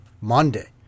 Monday